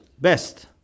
best